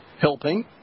helping